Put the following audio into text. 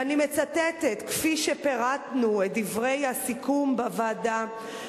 ואני מצטטת: כפי שפירטנו את דברי הסיכום בוועדה,